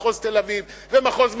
ומחוז תל-אביב,